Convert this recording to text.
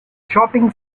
shopping